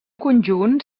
conjunt